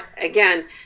again